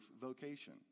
vocation